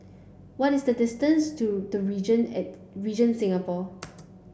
what is the distance to The Regent Regent Singapore